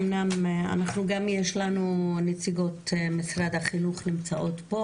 אמנם יש לנו נציגות משרד החינוך שנמצאות פה,